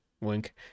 Wink